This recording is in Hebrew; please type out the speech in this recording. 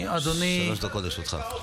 שלוש דקות לרשותך.